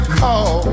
call